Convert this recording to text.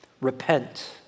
repent